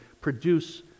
produce